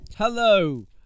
Hello